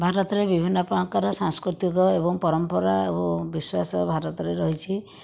ଭାରତରେ ବିଭିନ୍ନ ପ୍ରକାର ସାଂସ୍କୃତିକ ଏବଂ ପରମ୍ପରା ଓ ବିଶ୍ୱାସ ଭାରତରେ ରହିଛି